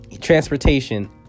transportation